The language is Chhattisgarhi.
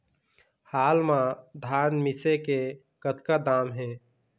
हाल मा धान मिसे के कतका दाम हे?